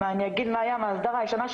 בהסדרה הישנה,